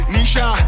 Nisha